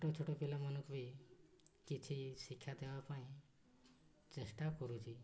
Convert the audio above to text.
ଛୋଟ ଛୋଟ ପିଲାମାନଙ୍କୁ ବି କିଛି ଶିକ୍ଷା ଦେବା ପାଇଁ ଚେଷ୍ଟା କରୁଛି